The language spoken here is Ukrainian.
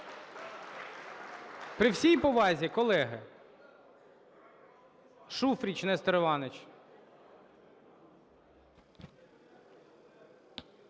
При всій повазі, колеги. Шуфрич Нестор Іванович.